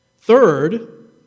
Third